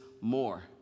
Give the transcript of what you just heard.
more